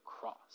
cross